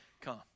come